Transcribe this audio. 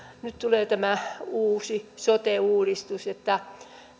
nyt tulee tämä uusi sote uudistus että